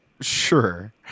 sure